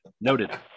noted